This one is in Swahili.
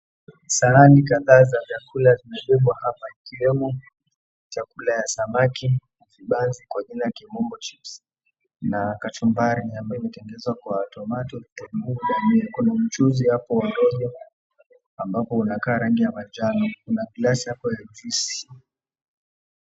Sahani kadhaa ya vyakula vimewekwa hapa zikiwemo, chakula ya samaki na vibanzi, kwa njia ya kimombo chips na kachumbari ambayo imetengenezwa kwa tomato . Kuna mchuzi hapo wa rojo na unakaa rangi wa manjano. Kuna glasi hapo ya juisi .